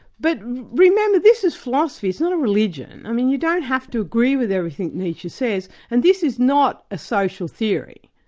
but remember this is philosophy, it's not a religion. you don't have to agree with everything nietzsche says, and this is not a social theory,